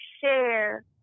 share